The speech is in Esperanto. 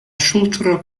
ŝultro